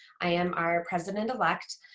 i am our president-elect.